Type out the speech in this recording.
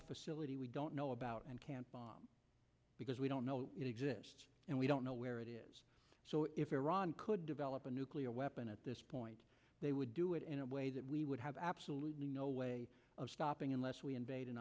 a facility we don't know about and can't because we don't know and we don't know where it is so if iran could develop a nuclear weapon at this point they would do it in a way that we would have absolutely no way of stopping unless we invade and